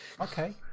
okay